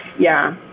yeah,